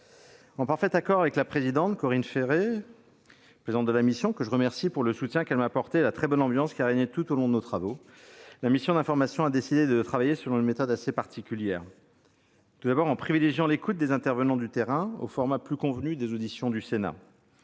En parfait accord avec Corinne Féret, présidente de la mission- je la remercie du soutien qu'elle m'a apporté et de la très bonne ambiance qui a régné tout au long de nos travaux -, la mission d'information a décidé de travailler selon une méthode assez particulière. Tout d'abord, nous avons privilégié l'écoute des intervenants du terrain au format plus convenu des auditions au Sénat.